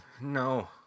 No